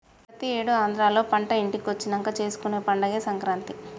ప్రతి ఏడు ఆంధ్రాలో పంట ఇంటికొచ్చినంక చేసుకునే పండగే సంక్రాంతి